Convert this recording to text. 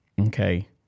okay